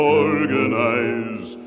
organize